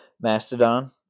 Mastodon